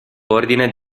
ordine